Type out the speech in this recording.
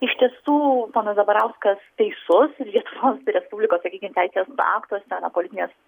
iš tiesų ponas zabarauskas teisus lietuvos respublikos sakykim teisės aktuose politinės